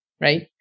Right